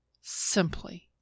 simply